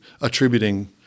attributing